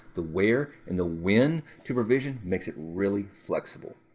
the where, and the when to provision makes it really flexible.